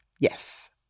Yes